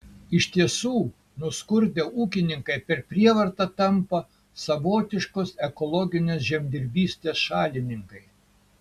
iš tiesų nuskurdę ūkininkai per prievartą tampa savotiškos ekologinės žemdirbystės šalininkai